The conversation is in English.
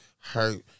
hurt